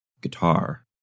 guitar